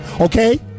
Okay